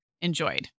enjoyed